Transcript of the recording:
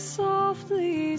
softly